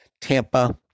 Tampa